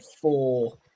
four